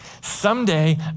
Someday